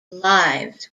lives